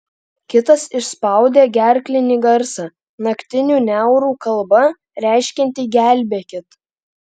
kitas išspaudė gerklinį garsą naktinių niaurų kalba reiškiantį gelbėkit